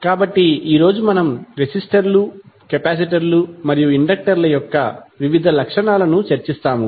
కాబట్టి ఈ రోజు మనం రెసిస్టర్ లు కెపాసిటర్లు మరియు ఇండక్టర్ ల యొక్క వివిధ లక్షణాలను చర్చిస్తాము